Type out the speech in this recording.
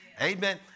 amen